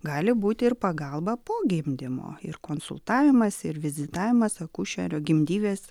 gali būti ir pagalba po gimdymo ir konsultavimas ir vizitavimas akušerio gimdyvės